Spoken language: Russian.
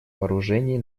вооружений